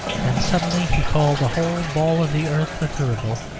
then suddenly he called the whole ball of the earth a thurible,